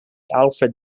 alfred